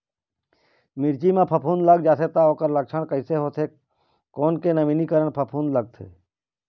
मिर्ची मा फफूंद लग जाथे ता ओकर लक्षण कैसे होथे, कोन के नवीनीकरण फफूंद लगथे?